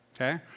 Okay